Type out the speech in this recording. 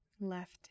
left